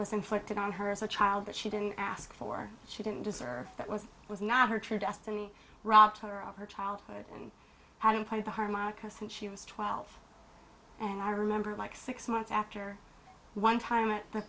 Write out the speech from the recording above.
was inflicted on her as a child that she didn't ask for she didn't deserve that was was not her true destiny robbed her of her childhood and how to play the harmonica and she was twelve and i remember like six months after one time at the